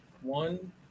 One